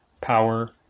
power